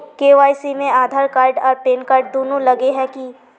KYC में Aadhaar card आर PAN card दुनू लगे है की?